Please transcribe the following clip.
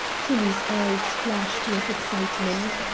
kinney's eyes flashed with excitement.